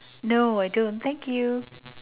no I don't thank you